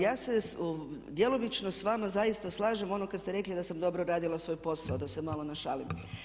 Ja se djelomično s vama zaista slažem, ono kada ste rekli da sam dobro radila svoj posao, da se malo našalimo.